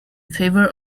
favour